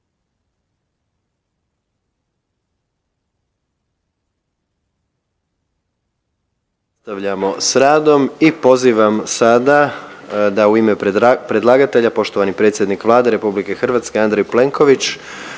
nastavljamo sa radom i pozivam sada da u ime predlagatelja poštovani predsjednik Vlade Republike Hrvatske Andrej Plenković